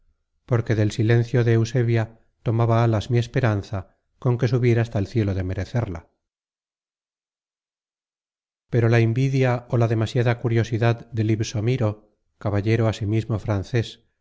porque del silencio de eusebia tomaba alas mi esperanza con que subir hasta el cielo de merecerla pero la invidia ó la demasiada curiosidad de libsomiro caballero asimismo frances